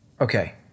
Okay